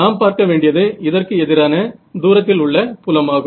நாம் பார்க்க வேண்டியது இதற்கு எதிரான தூரத்திலுள்ள புலமாகும்